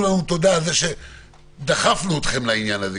לנו תודה על זה שדחפנו אתכם לעניין הזה,